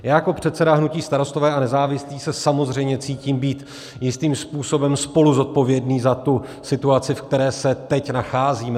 Já jako předseda hnutí Starostové a nezávislí se samozřejmě cítím být jistým způsobem spoluzodpovědný za tu situaci, ve které se teď nacházíme.